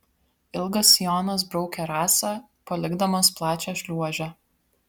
ilgas sijonas braukė rasą palikdamas plačią šliuožę